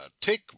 take